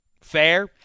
Fair